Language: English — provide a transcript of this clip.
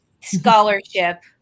scholarship